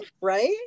Right